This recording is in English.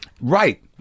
right